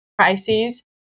crises